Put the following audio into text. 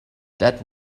that